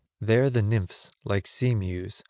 there the nymphs, like sea-mews,